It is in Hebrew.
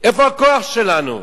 איפה הכוח שלנו?